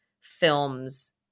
films